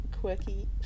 quirky